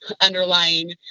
underlying